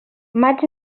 maig